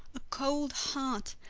a cold heart,